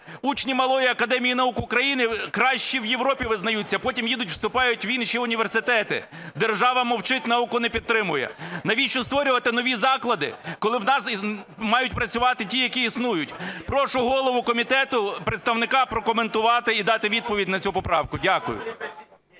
Учні Малої академії наук України кращими в Європі визнаються, а потім їдуть і вступають в інші університети. Держава мовчить, науку не підтримує. Навіщо створювати нові заклади, коли в нас мають працювати ті, які існують? Прошу голову комітету представника прокоментувати і дати відповідь на цю поправку. Дякую.